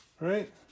Right